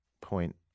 point